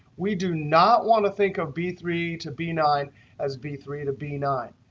we do not want to think of b three to b nine as b three to b nine.